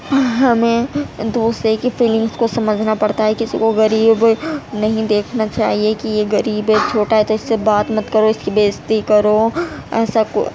ہمیں دوسرے کی فیلنگس کو سمجھنا پڑتا ہے کسی کو غریب نہیں دیکھنا چاہیے کہ یہ غریب ہے چھوٹا ہے تو اس سے بات مت کرو اس کی بے عزتی کرو ایسا